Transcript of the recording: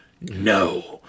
no